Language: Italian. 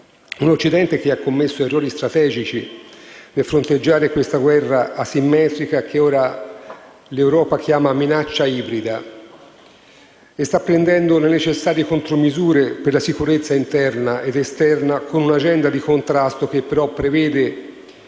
Un Occidente che ha commesso errori strategici nel fronteggiare questa guerra asimmetrica che ora l'Europa chiama minaccia ibrida e sta prendendo le necessarie contromisure per la sicurezza interna ed esterna con un'agenda di contrasto che, però, prevede